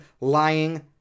lying